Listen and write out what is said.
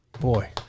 boy